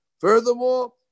Furthermore